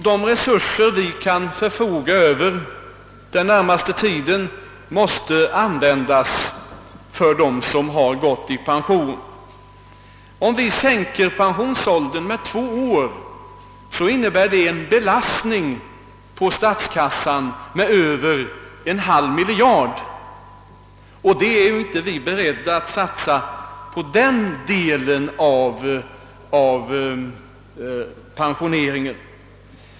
De resurser som vi kan förfoga över under den närmaste tiden måste sålunda användas för dem som har gått i pension. Om vi sänkte pensionsåldern med två år, innebure det en belastning på statskassan med över en halv miljard kronor, vilket vi inte är beredda att satsa på den delen av pensioneringen.